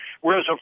Whereas